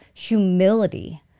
humility